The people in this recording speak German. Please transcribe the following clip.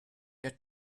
der